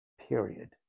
Period